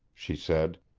she said.